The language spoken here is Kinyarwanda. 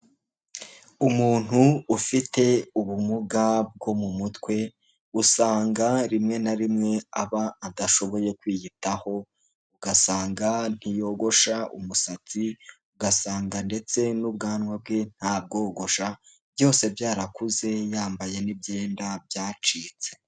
Umuntu ufite ubumuga bwo mu mutwe usanga rimwe na rimwe aba adashoboye kwiyitaho ugasanga ntiyogosha umusatsi, ugasanga ndetse n'ubwanwa bwe nta bwogosha byose byarakuze yambaye n'ibyenda byacitse.